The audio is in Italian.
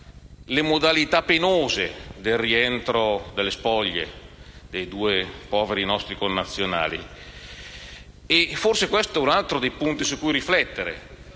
le modalità penose del rientro delle spoglie dei nostri due poveri connazionali. Forse questo è un altro dei punti su cui riflettere.